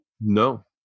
No